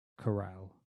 corral